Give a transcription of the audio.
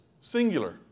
singular